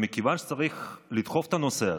מכיוון שצריך לדחוף את הנושא הזה,